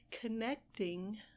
connecting